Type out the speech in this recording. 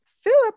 Philip